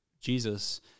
Jesus